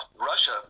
Russia